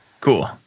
Cool